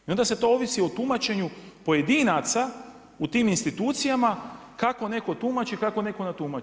Onda sve to ovisi o tumačenju pojedinaca u tim institucijama kako netko tumači, kako netko ne tumači.